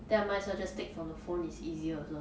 their minds logistic from the phone is easier also